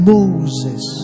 Moses